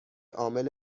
عامل